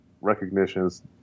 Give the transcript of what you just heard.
recognitions